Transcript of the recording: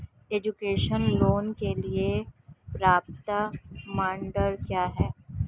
Education loan के लिए पात्रता मानदंड क्या है?